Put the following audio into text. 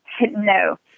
No